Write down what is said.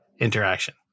interaction